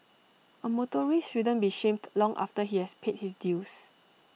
A motorist shouldn't be shamed long after he has paid his dues